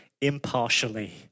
impartially